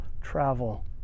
travel